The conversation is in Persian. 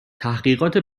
تحقیقات